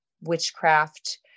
witchcraft